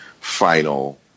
final